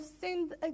sinned